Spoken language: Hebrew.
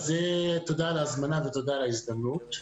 אז תודה על ההזמנה ותודה על ההזדמנות,